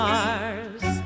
Mars